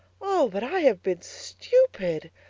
oh, but i have been stupid!